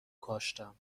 کاشتم